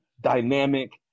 dynamic